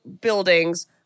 buildings